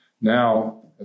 Now